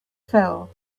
fell